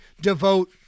devote